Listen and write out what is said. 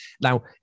Now